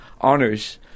honors